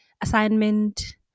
assignment